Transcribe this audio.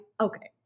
okay